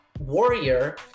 warrior